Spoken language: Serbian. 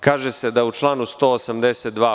Kaže se da u članu 182.